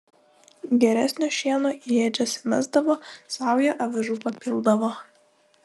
geresnio šieno į ėdžias įmesdavo saują avižų papildavo